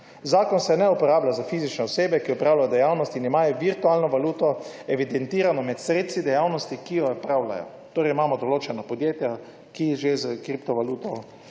Zakon se ne uporablja za fizične osebe, ki opravljajo dejavnost in imajo virtualno valuto evidentirano med sredstvi dejavnosti, ki jo opravljajo. Torej, imamo določena podjetja, ki že s kripto valuto kot